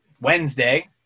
Wednesday